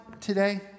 today